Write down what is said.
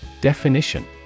Definition